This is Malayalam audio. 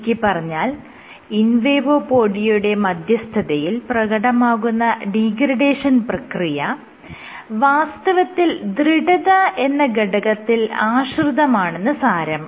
ചുരുക്കിപ്പറഞ്ഞാൽ ഇൻവേഡോപോഡിയയുടെ മധ്യസ്ഥതയിൽ പ്രകടമാകുന്ന ഡീഗ്രഡേഷൻ പ്രക്രിയ വാസ്തവത്തിൽ ദൃഢത എന്ന ഘടകത്തിൽ ആശ്രിതമാണെന്ന് സാരം